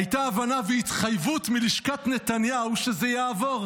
הייתה הבנה והתחייבות מלשכת נתניהו שזה יעבור,